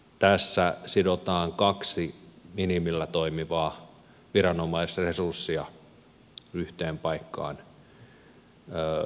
tässä sidotaan kaksi minimillä toimivaa viranomaisresurssia yhteen paikkaan